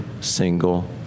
single